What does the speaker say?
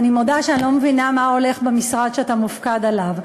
אני מודה שאני לא מבינה מה הולך במשרד שאתה מופקד עליו.